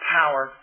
power